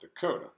Dakota